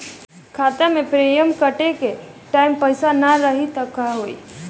खाता मे प्रीमियम कटे के टाइम पैसा ना रही त का होई?